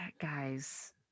guys